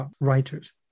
writers